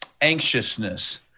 anxiousness